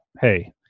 hey